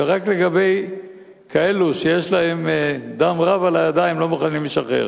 ורק אלו שיש להם דם רב על הידיים לא מוכנים לשחרר.